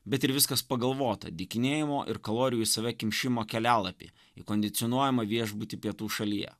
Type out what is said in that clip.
bet ir viskas pagalvota dykinėjimo ir kalorijų į save kimšimo kelialapį į kondicionuojamą viešbutį pietų šalyje